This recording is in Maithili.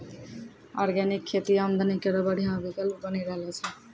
ऑर्गेनिक खेती आमदनी केरो बढ़िया विकल्प बनी रहलो छै